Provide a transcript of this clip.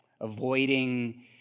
Avoiding